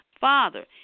Father